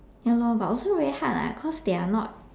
ya lor but also very hard lah cause they are not